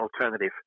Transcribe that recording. alternative